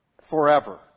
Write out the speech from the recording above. forever